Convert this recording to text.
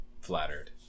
Flattered